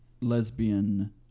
lesbian